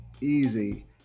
easy